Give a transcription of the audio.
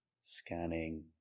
scanning